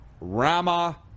Rama